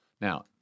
Now